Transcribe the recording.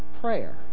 prayer